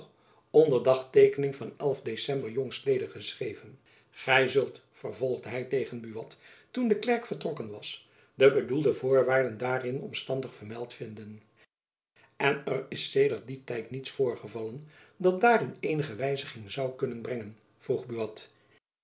onder dagteekening van ecember jongs mede geschreven gy zult vervolgde hy tegen buat toen de klerk vertrokken was de bedoelde voorwaarden daarin omstandig vermeld vinden en is er sedert dien tijd niets voorgevallen dat daarin eenige wijziging zoû kunnen brengen vroeg buat